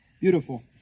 Beautiful